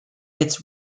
its